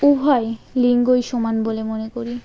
উভয় লিঙ্গই সমান বলে মনে করি